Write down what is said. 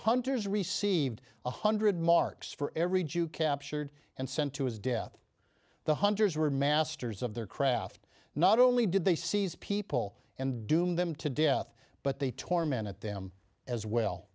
hunters received one hundred marks for every jew captured and sent to his death the hunters were masters of their craft not only did they seize people and doom them to death but they torment at them as well